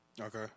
Okay